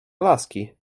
alaski